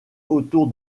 autour